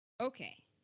Okay